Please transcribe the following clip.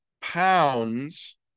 pounds